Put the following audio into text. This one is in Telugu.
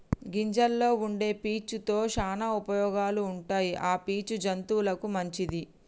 గింజల్లో వుండే పీచు తో శానా ఉపయోగాలు ఉంటాయి ఆ పీచు జంతువులకు మంచిది